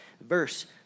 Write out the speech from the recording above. Verse